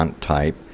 type